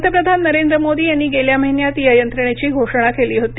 पंतप्रधान नरेंद्र मोदी यांनी गेल्या महिन्यात या यंत्रणेची घोषणा केली होती